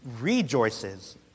rejoices